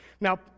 Now